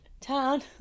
town